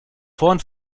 vorn